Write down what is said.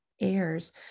heirs